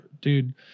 Dude